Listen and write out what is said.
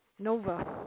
Nova